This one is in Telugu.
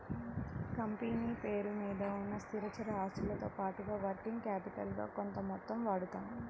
కంపెనీ పేరు మీద ఉన్న స్థిరచర ఆస్తులతో పాటుగా వర్కింగ్ క్యాపిటల్ గా కొంత మొత్తం వాడతాం